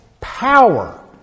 power